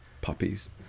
puppies